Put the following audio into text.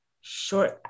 short